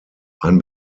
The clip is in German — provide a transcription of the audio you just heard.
ein